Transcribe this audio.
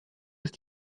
ist